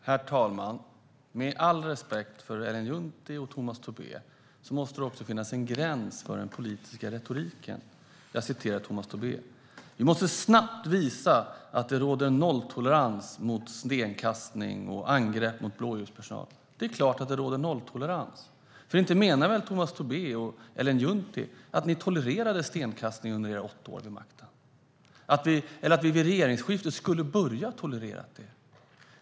Herr talman! Med all respekt för Ellen Juntti och Tomas Tobé måste det också finnas en gräns för den politiska retoriken. Så här säger Tomas Tobé: Vi måste snabbt visa att det råder en nolltolerans mot stenkastning och angrepp på blåljuspersonal. Det är klart att det råder nolltolerans. Inte menar väl Tomas Tobé och Ellen Juntti att ni tolererade stenkastning under era åtta år vid makten, eller att vi vid regeringsskiftet skulle börja att tolerera det?